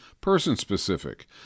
person-specific